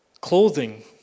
Clothing